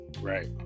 right